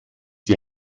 die